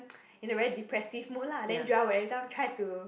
in a depressive mood lah then Joel will every time try to